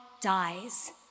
dies